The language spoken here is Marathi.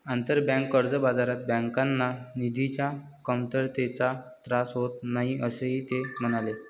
आंतरबँक कर्ज बाजारात बँकांना निधीच्या कमतरतेचा त्रास होत नाही, असेही ते म्हणाले